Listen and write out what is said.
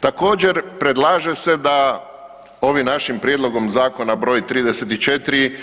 Također predlaže se da ovim našim Prijedlogom zakona broj 34